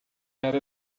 era